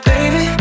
Baby